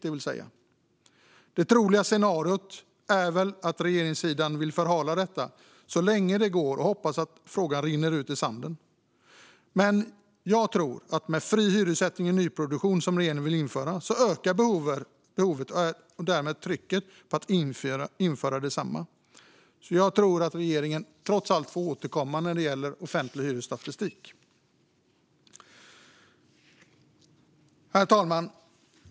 Det troliga scenariot är väl att regeringssidan vill förhala detta så länge det går och hoppas att frågan rinner ut i sanden. Jag tror att med fri hyressättning i nyproduktion, som regeringen vill införa, ökar behovet och därmed trycket på att införa detsamma. Jag tror därför att regeringen trots allt får återkomma när det gäller offentlig hyresstatistik. Herr talman!